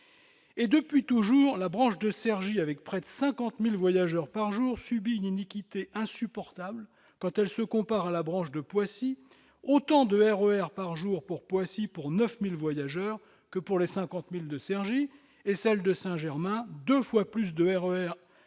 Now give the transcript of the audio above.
depuis toujours, la branche de Cergy, avec près de 50 000 voyageurs par jour, subit une iniquité insupportable quand elle se compare à la branche de Poissy- autant de RER par jour pour les 9 000 voyageurs de Poissy que pour les 50 000 de Cergy -et à celle de Saint-Germain-en-Laye- deux fois plus de RER pour